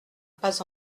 pas